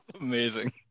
amazing